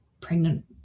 pregnant